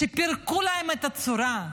שפירקו להם את הצורה,